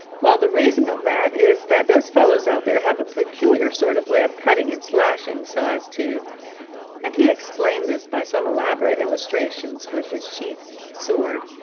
well, the reason of that is that those fellows out there have a peculiar sort of way of cutting and slashing, so as to and he explained this by some elaborate illustrations with his sheathed sword,